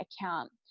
account